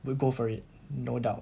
will go for it no doubt